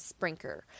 Sprinker